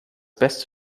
beste